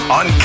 on